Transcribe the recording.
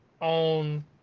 on